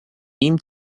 ihm